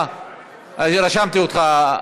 רשמתי אותך.